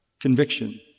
conviction